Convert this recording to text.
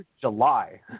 july